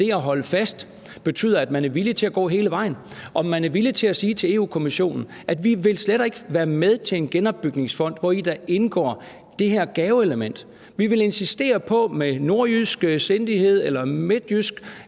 det at holde fast betyder, at man er villig til at gå hele vejen, og om man er villig til at sige til Europa-Kommissionen, at vi slet ikke vil være med til en genopbygningsfond, hvori der indgår det her gaveelement, og vi vil insistere på med nordjysk sindighed – eller midtjysk,